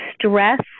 stress